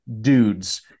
dudes